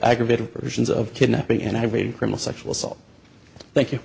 aggravated versions of kidnapping and i have read criminal sexual assault thank you